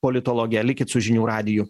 politologe likit su žinių radiju